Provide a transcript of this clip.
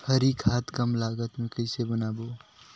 हरी खाद कम लागत मे कइसे बनाबो?